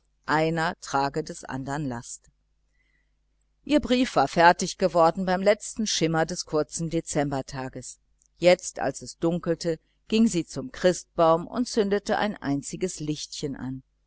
jeder trage des andern last ihr brief war fertig geworden beim letzten schimmer des kurzen dezembertags jetzt als es dunkelte ging sie zum christbaum und zündete ein einziges lichtchen an